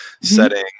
setting